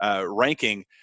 ranking